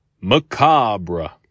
Macabre